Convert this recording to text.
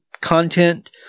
Content